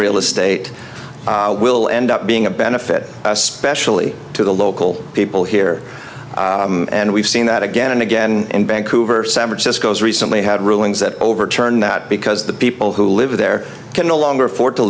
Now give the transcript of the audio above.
real estate will end up being a benefit especially to the local people here and we've seen that again and again in bank hoover san francisco's recently had rulings that overturned that because the people who live there can no longer afford to